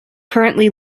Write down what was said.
currently